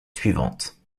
suivantes